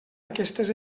aquestes